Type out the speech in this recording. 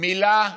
מילה וטבילה.